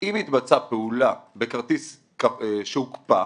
אם התבצעה פעולה בכרטיס שהוקפא,